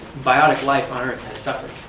biotic life on earth